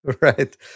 Right